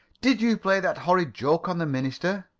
did you play that horrid joke on the minister?